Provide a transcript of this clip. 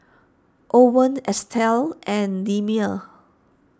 Owens Estelle and Delmer